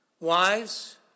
Wives